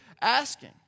asking